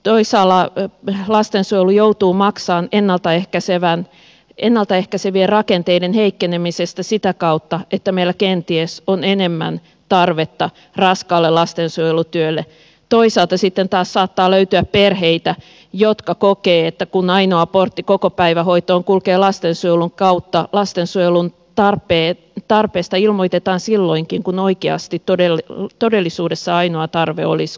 toisaalla lastensuojelu joutuu maksamaan ennalta ehkäisevien rakenteiden heikkenemisestä sitä kautta että meillä kenties on enemmän tarvetta raskaalle lastensuojelutyölle toisaalta sitten taas saattaa löytyä perheitä jotka kokevat että kun ainoa portti kokopäivähoitoon kulkee lastensuojelun kautta lastensuojelun tarpeista ilmoitetaan silloinkin kun oikeasti todellisuudessa ainoa tarve olisi kokopäivähoitopaikka